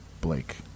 Blake